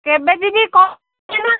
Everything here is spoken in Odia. କେବେ ଯିବି କହିଲେ ସିନା